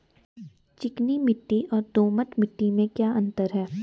चिकनी मिट्टी और दोमट मिट्टी में क्या क्या अंतर है?